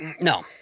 No